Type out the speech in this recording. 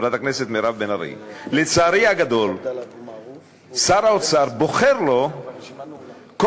מירב בן ארי לצערי הגדול שר האוצר בוחר לו כל